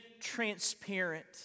transparent